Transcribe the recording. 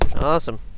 Awesome